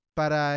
para